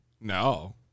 No